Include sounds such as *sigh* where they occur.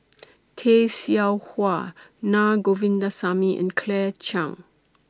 *noise* Tay Seow Huah Naa Govindasamy and Claire Chiang